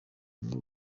ubumwe